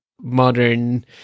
modern